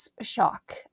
shock